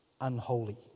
unholy